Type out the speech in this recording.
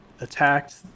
attacked